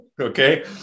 okay